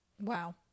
Wow